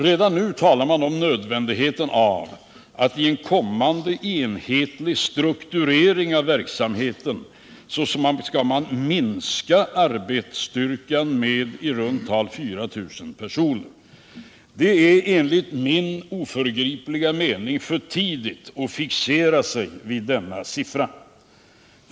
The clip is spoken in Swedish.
Redan nu talar man om önskvärdheten av att vid en kommande enhetlig strukturering av verksamheten minska arbetsstyrkan med i runt tal 4 000 personer. Enligt min oförgripliga mening är det för tidigt att fixera sig vid denna siffra.